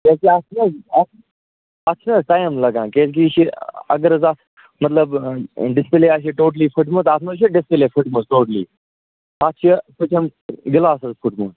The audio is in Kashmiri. کیٛازکہِ اَتھ چھُنہٕ حظ اَتھ چھُ اتھ چھُو ٹایِم لگان کیٛازکہِ یہِ چھُ اگر حظ اَتھ مَطلَب ڈِسپٕلیے آسہِ یہِ ٹوٚٹلی فُٹمُت اَتھ مہٕ حظ چھُ ڈِسپٕلیے فُٹمُت ٹوٚٹلی اَتھ چھِ پٔتِم گِلاس حظ فُٹمُت